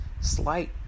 slight